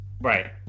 Right